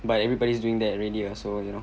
but everybody's doing that already ah so you know